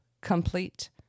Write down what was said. complete